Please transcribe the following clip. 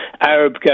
Arab